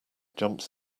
jumps